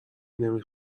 نمی